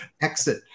exit